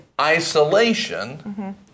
isolation